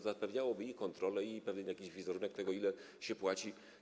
Zapewniałoby to i kontrolę, i pewien jakiś wizerunek tego, ile się płaci.